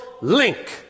link